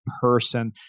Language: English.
person